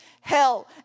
hell